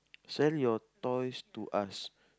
sell your toys to us